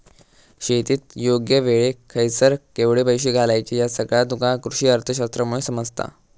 शेतीत योग्य वेळेक खयसर केवढे पैशे घालायचे ह्या सगळा तुका कृषीअर्थशास्त्रामुळे समजता